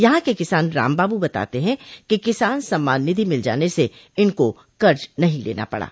यहां के किसान रामबाबू बताते हैं किसान सम्मान निधि मिल जाने से इनको कर्ज नहीं लेना पड़ा